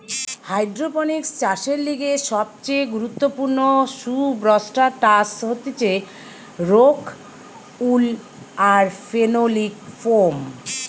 hydroponics চাষের লিগে সবচেয়ে গুরুত্বপূর্ণ সুবস্ট্রাটাস হতিছে রোক উল আর ফেনোলিক ফোম